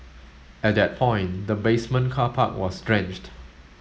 at that point the basement car park was drenched